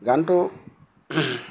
গানটো